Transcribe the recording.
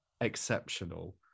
exceptional